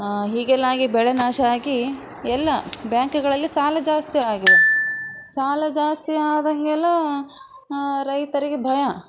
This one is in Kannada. ಹೀಗೆಲ್ಲ ಆಗಿ ಬೆಳೆ ನಾಶ ಆಗಿ ಎಲ್ಲ ಬ್ಯಾಂಕ್ಗಳಲ್ಲಿ ಸಾಲ ಜಾಸ್ತಿಯಾಗಿದೆ ಸಾಲ ಜಾಸ್ತಿ ಆದಂಗೆಲ್ಲ ರೈತರಿಗೆ ಭಯ